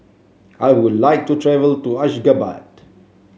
I would like to travel to Ashgabat